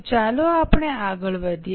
તો ચાલો આપણે આગળ વધીએ